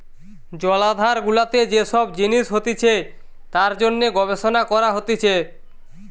জলাধার গুলাতে যে সব জিনিস হতিছে তার জন্যে গবেষণা করা হতিছে